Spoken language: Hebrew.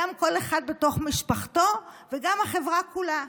גם כל אחד בתוך משפחתו וגם החברה כולה.